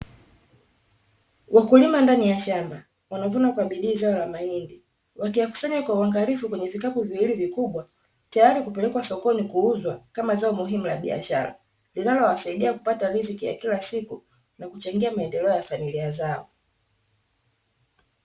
Wakulima ndani ya shamba wanavuna kwa bidii zao la mahindi, wakiyakusanya kwa uangalifu kwenye ya kikapu viwili vikubwa, tayari kupelekwa sokoni kuuzwa kama zao muhimu la kibiashara, linalowasaidia kupata riziki ya kila siku na kuchangia maendeleo ya familia zao.